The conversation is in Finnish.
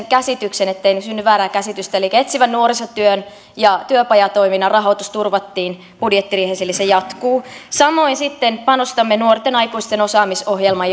käsityksen ettei synny väärää käsitystä etsivän nuorisotyön ja työpajatoiminnan rahoitus turvattiin budjettiriihessä eli se jatkuu samoin sitten panostamme nuorten aikuisten osaamisohjelman